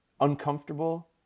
uncomfortable